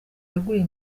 yaguye